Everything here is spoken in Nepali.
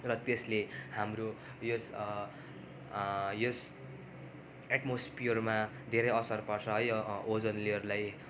र त्यसले हाम्रो यस यस एटमोसफियरमा धेरै असर पर्छ है ओजन लेयरलाई